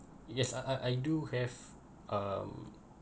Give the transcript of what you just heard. yes I I I do have um